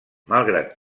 malgrat